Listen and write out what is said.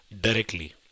directly